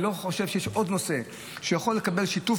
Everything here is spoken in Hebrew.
אני לא חושב שיש עוד נושא שיכול לקבל שיתוף